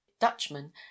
Dutchman